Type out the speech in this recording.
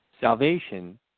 Salvation